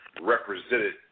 Represented